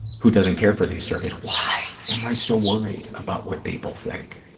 who doesn't care for these surveys. why am i so worried about what people think?